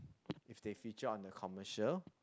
if they feature on the commercial